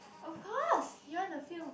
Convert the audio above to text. of course you wanna feel